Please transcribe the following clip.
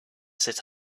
sit